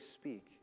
speak